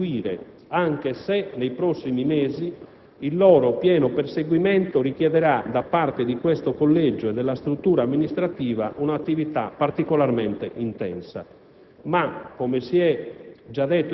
di traguardi che intendiamo conseguire, anche se nei prossimi mesi il loro pieno perseguimento richiederà, da parte di questo Collegio e della struttura amministrativa, un'attività particolarmente intensa.